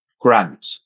grant